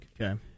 Okay